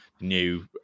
new